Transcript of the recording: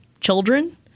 children